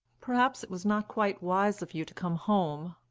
perhaps it was not quite wise of you to come home?